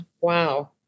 Wow